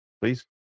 please